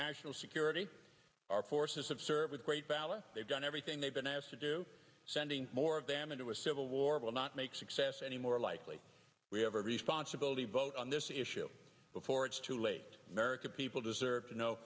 national security our forces of service great valor they've done everything they've been asked to do sending more of them into a civil war will not make success any more likely we have a responsibility vote on this issue before it's too late american people deserve to know